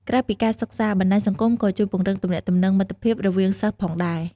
ក្រៅពីការសិក្សា បណ្ដាញសង្គមក៏ជួយពង្រឹងទំនាក់ទំនងមិត្តភាពរវាងសិស្សផងដែរ។